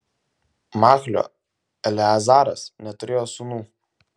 machlio eleazaras neturėjo sūnų